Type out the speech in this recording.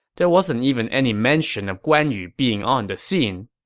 there wasn't even any mention of guan yu being on the scene